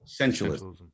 Essentialism